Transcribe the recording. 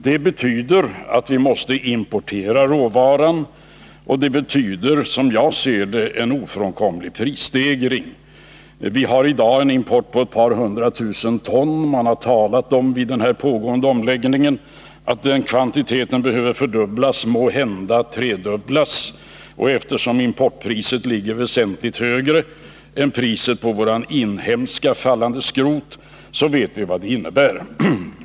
Det betyder att vi måste importera en del av råvaran, och följden härav är, som jag ser det, en ofrånkomlig prisstegring. Vi har i dag en import på ett par hundra tusen ton, och man har talat om i samband med den pågående omläggningen att den kvantiteten behöver fördubblas, måhända tredubblas. Importpriset ligger väsentligt högre än priset på vårt inhemska fallande skrot, och vi vet alltså vad detta innebär.